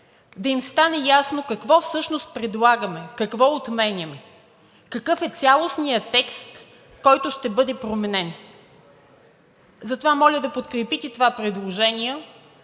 да им стане ясно какво всъщност предлагаме, какво отменяме и какъв е цялостният текст, който ще бъде променен, и затова моля да подкрепите това предложение.